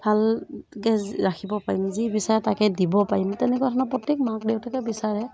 ভালকৈ ৰাখিব পাৰিম যি বিচাৰে তাকে দিব পাৰিম তেনেকুৱা ধৰণৰ প্ৰত্যেক মাক দেউতাকে বিচাৰে